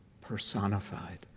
personified